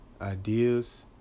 ideas